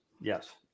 yes